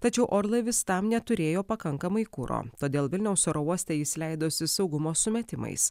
tačiau orlaivis tam neturėjo pakankamai kuro todėl vilniaus oro uoste jis leidosi saugumo sumetimais